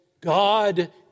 God